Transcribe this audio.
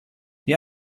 die